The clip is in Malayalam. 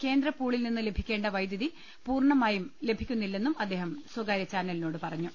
കേന്ദ്ര പൂളിൽ നിന്ന് ലഭിക്കേണ്ട വൈദ്യുതി പൂർണമായും ലഭിക്കുന്നില്ലെന്നും അദ്ദേഹം സ്വകാര്യ ചാനലിനോട് പറഞ്ഞു